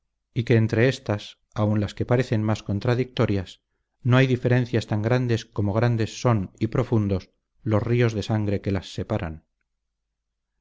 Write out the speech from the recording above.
y que entre éstas aun las que parecen más contradictorias no hay diferencias tan grandes como grandes son y profundos los ríos de sangre que las separan